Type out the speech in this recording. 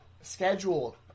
schedule